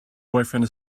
boyfriend